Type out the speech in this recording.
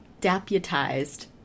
deputized